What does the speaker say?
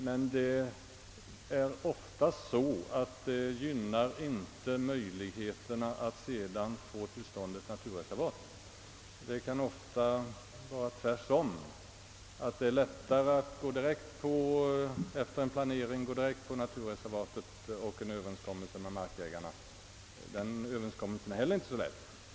Oftast är det dock så att detta inte främjar möjligheterna att senare få till stånd ett naturreservat. Det kan många gånger vara tvärtom, att det är lättare att efter en planering gå direkt på naturreservatet och en överenskommelse med markägaren. En sådan överenskommelse är inte heller alltid så lätt att träffa.